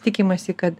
tikimasi kad